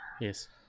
Yes